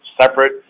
separate